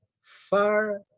far